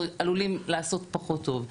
אנחנו עלולים לעשות פחות טוב.